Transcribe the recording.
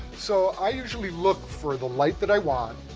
so i usually look for the light that i want,